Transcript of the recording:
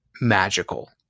magical